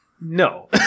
no